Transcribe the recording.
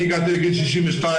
אני הגעתי לגיל 62,